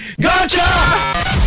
Gotcha